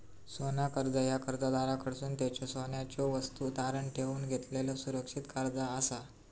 सोना कर्जा ह्या कर्जदाराकडसून त्यांच्यो सोन्याच्यो वस्तू तारण ठेवून घेतलेलो सुरक्षित कर्जा असा